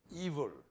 evil